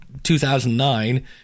2009